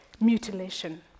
mutilation